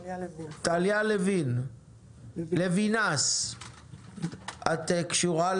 גב' לוינס איתנו,